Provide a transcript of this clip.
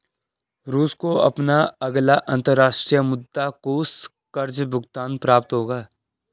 रूस को अपना अगला अंतर्राष्ट्रीय मुद्रा कोष कर्ज़ भुगतान प्राप्त होगा